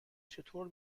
چطور